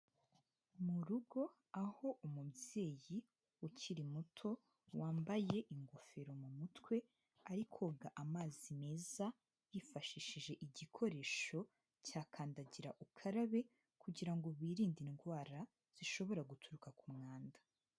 Mu rugo aho umubyeyi ukiri muto wambaye ingofero mu mutwe ari koga amazi meza yifashishije igikoresho cya kandagira ukarabe, kugirango birinde indwara zishobora guturuka ku mwanda.